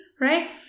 right